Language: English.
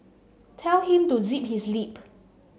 tell him to zip his lip